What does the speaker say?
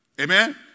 Amen